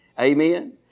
Amen